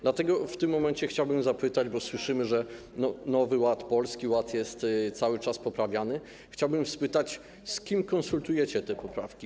Dlatego w tym momencie chciałbym zapytać, bo słyszymy, że Nowy Ład, Polski Ład jest cały czas poprawiany, z kim konsultujecie te poprawki.